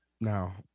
Now